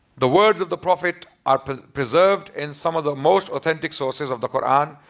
the words of the prophet are preserved in some of the most authentic sources of the quran,